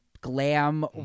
glam